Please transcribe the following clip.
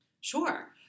Sure